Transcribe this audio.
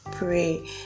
Pray